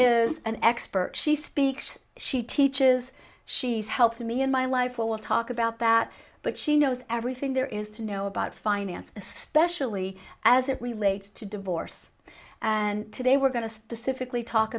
is an expert she speaks she teaches she's helped me in my life well we'll talk about that but she knows everything there is to know about finance especially as it relates to divorce and today we're going to specifically talk